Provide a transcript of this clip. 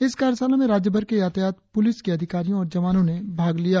इस कार्यशाला में राज्यभर के यातायात पुल्स के अधिकारियों और जवानों ने भाग लिया